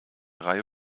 reihe